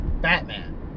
Batman